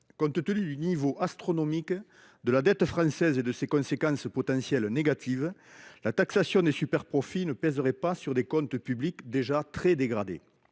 Compte tenu du niveau astronomique de la dette française et de ses conséquences potentielles négatives, la taxation des superprofits ne pèserait pas sur des comptes publics déjà très dégradés.